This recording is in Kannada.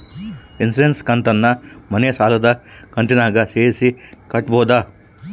ಇನ್ಸುರೆನ್ಸ್ ಕಂತನ್ನ ಮನೆ ಸಾಲದ ಕಂತಿನಾಗ ಸೇರಿಸಿ ಕಟ್ಟಬೋದ?